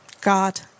God